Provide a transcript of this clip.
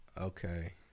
Okay